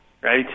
right